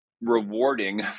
rewarding